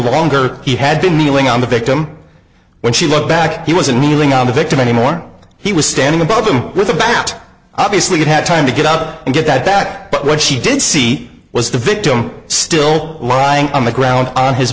longer he had been kneeling on the victim when she looked back he wasn't kneeling on the victim anymore he was standing above him with a bat obviously could have time to get up and get that back but what she did see was the victim still lying on the ground on his